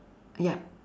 yup